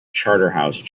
charterhouse